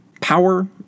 Power